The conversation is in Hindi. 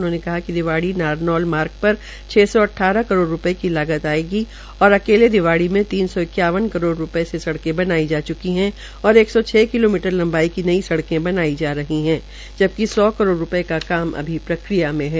उन्होनें कहा कि रिवाड़ी नारनौल मार्ग पर छ सौ अटठारह करोड़ रूपये की लागत आयेगी और अकेले रिवाड़ी में तीन सौ इक्यावन करोड़ रूपये से सड़के बनाई जा च्की है और एक सौ छ किलोमीटर लंबाई की नई सड़कें बनाई जा रही है जबकि सौ करोड़ रूपये के काम प्रक्रिया में है